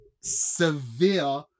severe